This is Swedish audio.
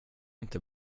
inte